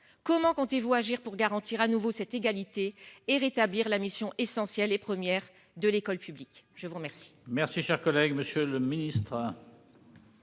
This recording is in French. Comment comptez-vous agir pour garantir à nouveau cette égalité et rétablir la mission essentielle et première de l'école publique. Je vous remercie.